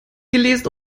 gelesen